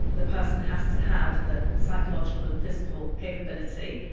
the person has to have the psychological and physical capability,